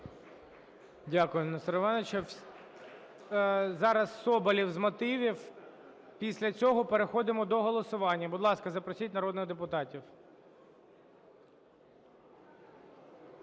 Дякую, Несторе Івановичу. Зараз Соболєв з мотивів. Після цього переходимо до голосування. Будь ласка, запросіть народних депутатів.